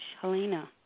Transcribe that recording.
Helena